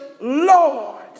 Lord